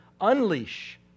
unleash